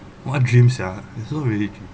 what dreams ya it's so religion